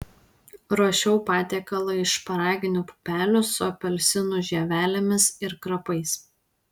ruošiau patiekalą iš šparaginių pupelių su apelsinų žievelėmis ir krapais